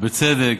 בצדק: